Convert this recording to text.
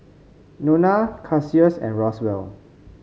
Nona Cassius and Roswell